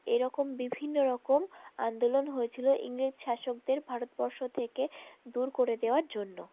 এরকম বিভিন্ন রকম আন্দোলন হয়েছিলো ইংরেজ শাসকদের ভারতবর্ষ থেকে দূর করে দেওয়ার জন্য